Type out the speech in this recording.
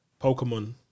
Pokemon